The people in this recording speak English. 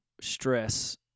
stress